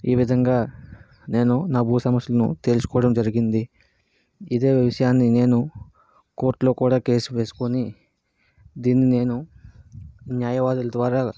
ఈ విధంగా నేను నా భూ సమస్యలను తేల్చుకోవడం జరిగింది ఇదే విషయాన్ని నేను కోర్టులో కూడా కేసు వేసుకొని దీన్ని నేను న్యాయవాదుల ద్వారా